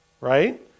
Right